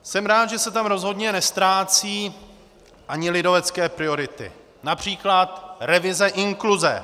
Jsem rád, že se tam rozhodně neztrácejí ani lidovecké priority, např. revize inkluze.